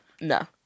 no